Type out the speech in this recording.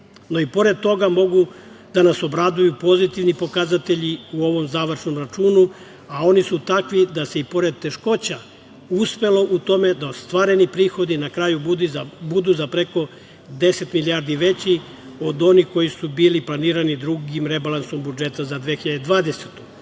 No, i pored toga mogu da nas obraduju pozitivni pokazatelji u ovom završnom računu, a oni su takvi da se i pored teškoća uspelo u tome da ostvareni prihodi na kraju budu za preko 10 milijardi veći od onih koji su bili planirani drugim rebalansom budžeta za 2020.